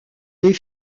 les